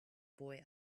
boy